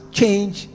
change